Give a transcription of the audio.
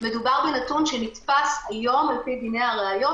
מדובר בנתון שנתפס היום על פי דיני הראיות